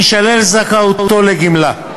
תישלל זכאותו לגמלה.